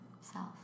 self